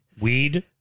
weed